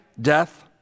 death